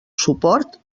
suport